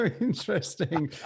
interesting